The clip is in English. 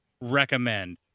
recommend